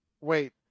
wait